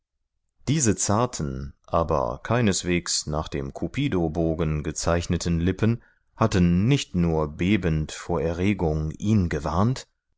diese zarten aber keineswegs nach dem cupido bogen gezeichneten lippen hatten nicht nur bebend vor erregung ihn gewarnt